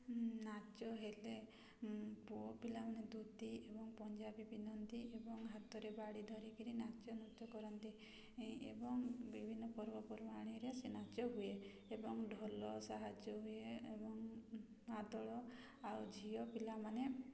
ନାଚ ହେଲେ ପୁଅ ପିଲାମାନେ ଧୋତି ଏବଂ ପଞ୍ଜାବୀ ପିନ୍ଧନ୍ତି ଏବଂ ହାତରେ ବାଡ଼ି ଧରିକି ନାଚ ନୃତ୍ୟ କରନ୍ତି ଏବଂ ବିଭିନ୍ନ ପର୍ବପର୍ବାଣିରେ ସେ ନାଚ ହୁଏ ଏବଂ ଢ଼ୋଲ ସାହାଯ୍ୟ ହୁଏ ଏବଂ ଆଦଳ ଆଉ ଝିଅ ପିଲାମାନେ